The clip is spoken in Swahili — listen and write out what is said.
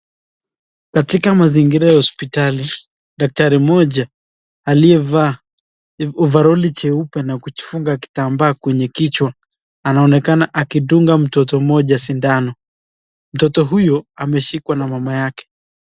Katika mazingira ya hospitali, daktari mmoja aliyevaa ovaroli jeupe na kujifunga kitamba kwenye kichwa anaonekana akidunga mtoto mmoja sindano. Mtoto huyo ameshikwa na mama yake.